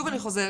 שוב אני חוזרת,